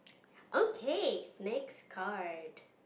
okay next card